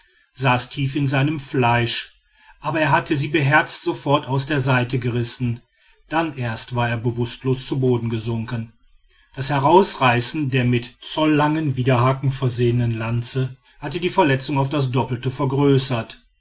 saß tief in seinem fleisch aber er hatte sie beherzt sofort aus der seite gerissen dann erst war er bewußtlos zu boden gesunken das herausreißen der mit zollangen widerhaken versehenen lanze hatte die verletzung auf das doppelte vergrößert